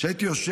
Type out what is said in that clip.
אז הייתי יושב